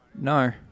No